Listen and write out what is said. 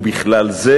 ובכלל זה,